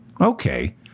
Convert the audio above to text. Okay